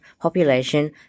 population